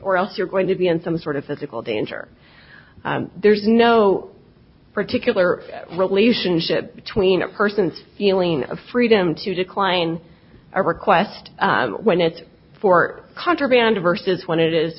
or else you're going to be in some sort of physical danger there's no particular relationship between a person's feeling of freedom to decline a request when it's fort contraband versus when it